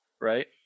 Right